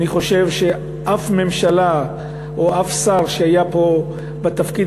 ואני חושב שאף ממשלה או אף שר שהיה פה בתפקיד